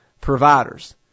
providers